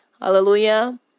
Hallelujah